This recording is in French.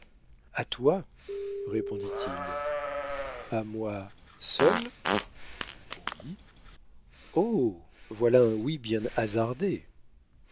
toi répondit-il a moi seule oui oh voilà un oui bien hasardé